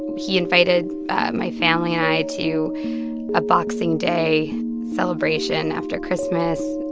he invited my family and i to a boxing day celebration after christmas.